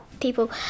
people